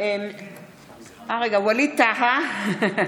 ווליד טאהא,